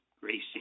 Gracie